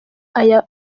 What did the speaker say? aya